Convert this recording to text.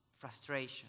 frustration